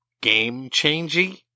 game-changing